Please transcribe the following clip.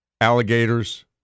alligators